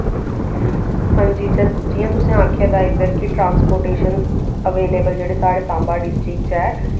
हां जी जियां तुसें आक्खे दा इद्धर कि ट्रांस्पोटेशन अवेलेवल जेह्ड़े साढ़े सांबा डिस्टिक च ऐ